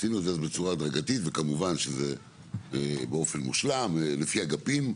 עשינו את זה אז בצורה הדרגתית וכמובן שזה באופן מושלם לפי אגפים,